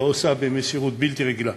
ועושה במסירות בלתי רגילה,